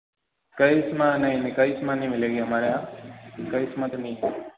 करिज़मा नहीं नहीं करिज़मा नहीं मिलेगी हमारे यहाँ करिज़मा तो नहीं